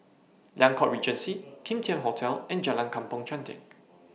Liang Court Regency Kim Tian Hotel and Jalan Kampong Chantek